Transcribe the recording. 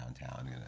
downtown